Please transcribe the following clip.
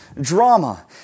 drama